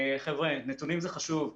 חבר'ה, נתונים זה חשוב.